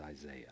Isaiah